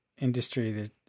industry